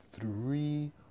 three